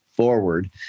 forward